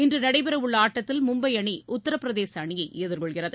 இன்று நடைபெறவுள்ள ஆட்டத்தில் மும்பை அணி உத்தரபிரதேச அணியை எதிர்கொள்கிறது